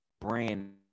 brand